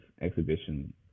exhibition